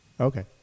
okay